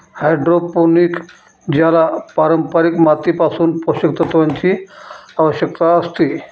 hydroponic ज्याला पारंपारिक मातीपासून पोषक तत्वांची आवश्यकता असते